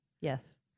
Yes